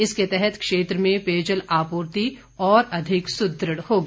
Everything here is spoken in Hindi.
इसके तहत क्षेत्र में पेयजल आपूर्ति और अधिक सुदृढ़ होगी